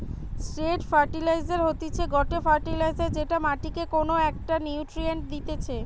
straight fertiliser হতিছে গটে fertiliser যেটা মাটিকে কোনো একটো নিউট্রিয়েন্ট দিতেছে